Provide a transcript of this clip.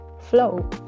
flow